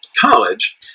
college